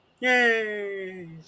Yay